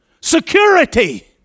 Security